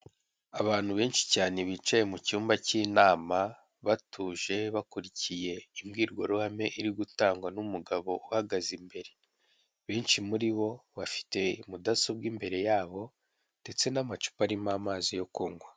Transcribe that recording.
Abantu benshi cyane, bicaye mu cyumba cy'inama, batuje, bakurikiye imbwirwaruhame iri gutangwa n'umugabo uhagaze imbere. Banshi muri bo bafite mudasobwa imbere yabo, ndetse n'amacupa arimo amazi yo kunywa.